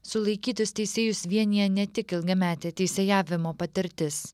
sulaikytus teisėjus vienija ne tik ilgametė teisėjavimo patirtis